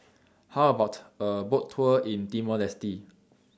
How about A Boat Tour in Timor Leste